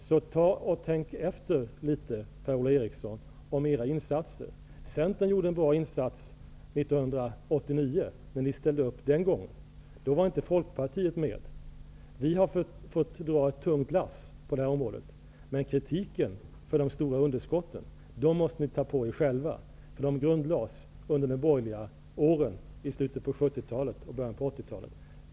Tänk efter litet, Per-Ola Eriksson, vilka era insatser var! Centern gjorde en bra insats 1989, när ni ställde upp. Då var inte Folkpartiet med. Vi har fått dra ett tungt lass på detta område. Men kritiken för de stora underskotten måste ni ta på er själva. De grundlades under de borgerliga åren i slutet av 70 talet och början av 80-talet.